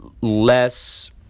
less